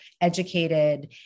educated